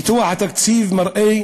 ניתוח התקציב מראה